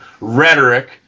rhetoric